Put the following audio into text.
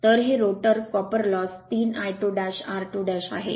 तर हे rotor copper loss 3 I2 r2 आहे